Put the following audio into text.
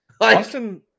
Austin